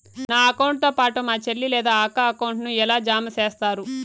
నా అకౌంట్ తో పాటు మా చెల్లి లేదా అక్క అకౌంట్ ను ఎలా జామ సేస్తారు?